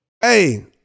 Hey